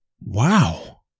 Wow